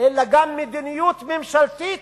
אלא גם מדיניות ממשלתית,